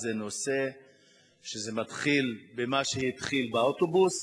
זה נושא שמתחיל במה שהתחיל באוטובוס,